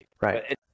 right